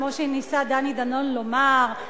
כמו שניסה דני דנון לומר,